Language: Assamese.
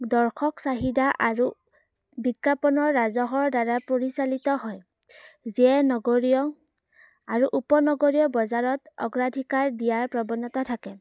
দৰ্শক চাহিদা আৰু বিজ্ঞাপনৰ ৰাজহৰ দ্বাৰা পৰিচালিত হয় যিয়ে নগৰীয় আৰু উপনগৰীয় বজাৰত অগ্ৰাধিকাৰ দিয়াৰ প্ৰৱণতা থাকে